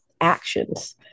actions